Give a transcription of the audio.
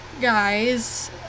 guys